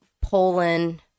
Poland